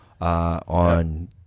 on